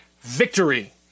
victory